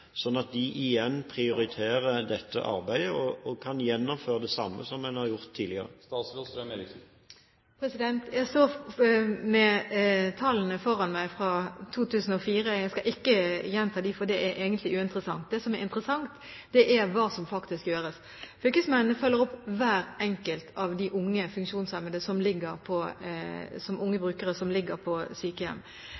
sånn at de igjen prioriterer dette arbeidet og kan gjennomføre det samme som en har gjort tidligere. Jeg står med tallene fra 2004 foran meg. Jeg skal ikke gjenta dem, for det er egentlig uinteressant. Det som er interessant, er hva som faktisk gjøres. Fylkesmennene følger opp hver enkelt av de unge brukerne som ligger på sykehjem. Så må vi også være klar over at mange sykehjem har nå etablert palliative avdelinger, hvor mange unge,